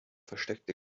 versteckte